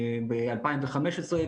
ב-2015.